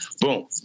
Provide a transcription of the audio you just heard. Boom